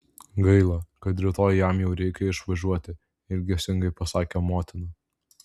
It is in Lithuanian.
gaila kad rytoj jam jau reikia išvažiuoti ilgesingai pasakė motina